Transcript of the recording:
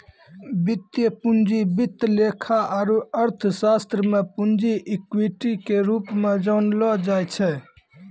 वित्तीय पूंजी वित्त लेखा आरू अर्थशास्त्र मे पूंजी इक्विटी के रूप मे जानलो जाय छै